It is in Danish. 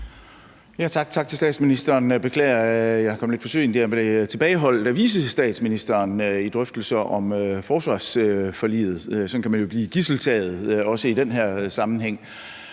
tak til statsministeren. Jeg beklager, at jeg kom lidt for sent. Jeg blev tilbageholdt af vicestatsministeren i drøftelser om forsvarsforliget. Sådan kan man jo blive gidseltaget, også i den her sammenhæng.